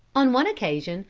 on one occasion,